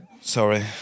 sorry